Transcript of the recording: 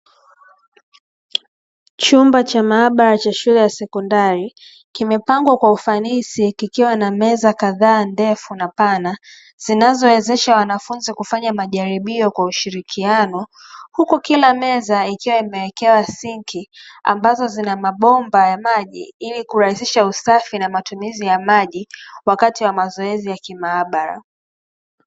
Chumba cha maabara cha shule ya sekondari kimepangwa kwa ufanisi kikiwa na meza kadhaa ndefu na pana zinazowawezesha wanafunzi kufanya majaribio kwa ushirikiano huku kila meza ikiwa imewekewa sinki ambazo zina mabomba ya maji ili kurahisisha usafi na matumizi ya maji wakati wa mazoezi ya kimaabara.